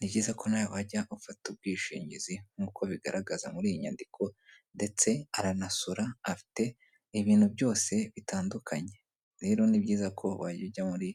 Ni byiza ko nawe wajya ufata ubwishingizi nk'uko abigaragaza muri iyi nyandiko ndetse aranasora afite ibintu byose bitandukanye. Rero ni byiza ko wajya ujya muri